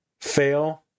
Fail